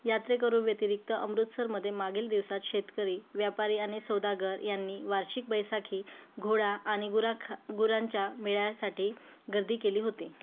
यात्रेकरूव्यतिरिक्त अमृतसरमध्ये मागील दिवसात शेतकरी व्यापारी आणि सौदागर यांनी वार्षिक बैसाखी घोडा आनि गुराखा गुरांच्या मेळ्यासाठी गर्दी केली होती